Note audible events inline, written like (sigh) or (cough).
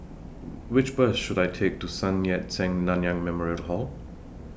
(noise) Which Bus should I Take to Sun Yat Sen Nanyang Memorial Hall